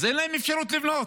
אז אין להם אפשרות לבנות,